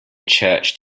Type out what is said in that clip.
church